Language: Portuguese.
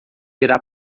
irá